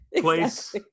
place